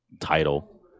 title